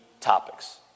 topics